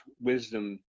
wisdom